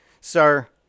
Sir